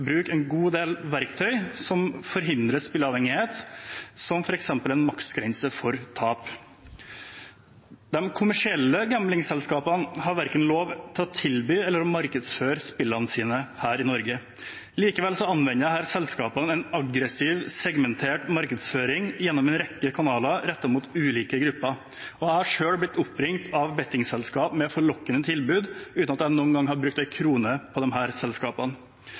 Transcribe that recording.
bruk en god del verktøy som forhindrer spillavhengighet, som f.eks. en maksgrense for tap. De kommersielle gamblingselskapene har verken lov til å tilby eller markedsføre spillene sine her i Norge. Likevel anvender disse selskapene en aggressiv, segmentert markedsføring gjennom en rekke kanaler rettet mot ulike grupper. Jeg har selv blitt oppringt av bettingselskaper med forlokkende tilbud, uten at jeg noen gang har brukt en krone på disse selskapene.